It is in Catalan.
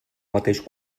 mateix